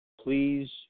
please